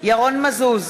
ירון מזוז,